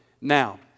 now